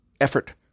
effort